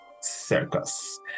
circus